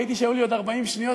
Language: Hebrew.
ראיתי שהיו לי עוד 40 שניות,